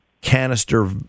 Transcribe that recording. canister